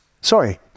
Sorry